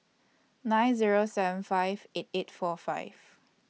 nine Zero seven five eight eight four five